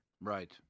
Right